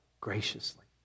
graciously